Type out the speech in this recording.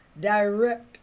direct